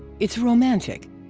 it's romantic.